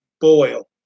boil